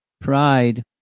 pride